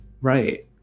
Right